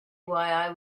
while